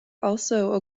also